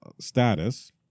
status